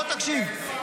בוא תקשיב.